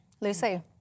Lucy